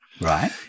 right